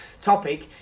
topic